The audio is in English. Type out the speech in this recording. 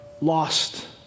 lost